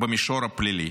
במישור הפלילי,